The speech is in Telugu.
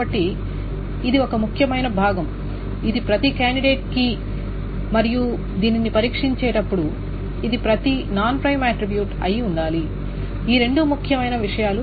కాబట్టి ఇది ఒక ముఖ్యమైన భాగం ఇది ప్రతి కాండిడేట్ కీ మరియు దీనిని పరీక్షించేటప్పుడు ఇది ప్రతి నాన్ ప్రైమ్ ఆట్రిబ్యూట్ అయి ఉండాలి ఈ రెండు ముఖ్యమైన విషయాలు